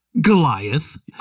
Goliath